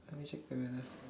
let me check the weather